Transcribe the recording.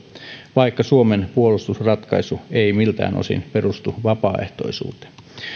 vaikka suomen puolustusratkaisu ei miltään osin perustu vapaaehtoisuuteen